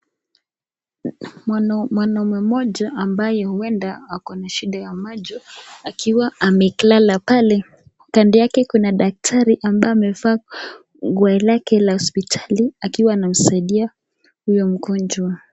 Mwanau, mwanaume mmoja, ambaye huenda, ako na shida ya majo, akiwa ameklala pale, kando yake kuna daktari ambaye amefaa, nguo lake la hospitali, akiwa anamsaidia, huyo mgonjwa.